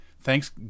thanks